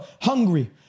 hungry